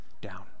down